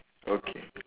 okay